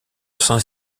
saint